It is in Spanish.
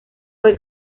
fue